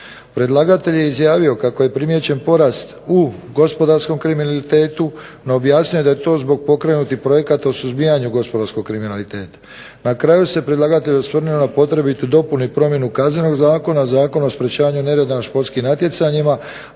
Predlagatelj je izjavio kako je primijećen porast u gospodarskom kriminalitetu. No, objasnio je da je to zbog pokrenutih projekata o suzbijanju gospodarskog kriminaliteta. Na kraju se predlagatelj osvrnuo na potrebitu dopunu i promjenu Kaznenog zakona, Zakona o sprječavanju nereda na športskim natjecanjima,